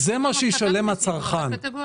זה מה שישלם הצרכן.